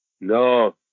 No